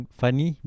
funny